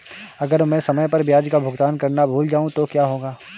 अगर मैं समय पर ब्याज का भुगतान करना भूल जाऊं तो क्या होगा?